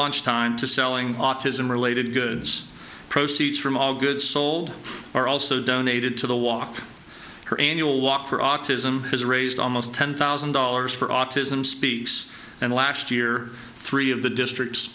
lunch time to selling autism related goods proceeds from all goods sold are also donated to the walk her annual walk for autism has raised almost ten thousand dollars for autism speaks and last year three of the district